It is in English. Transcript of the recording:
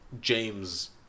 James